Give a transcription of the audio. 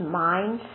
mind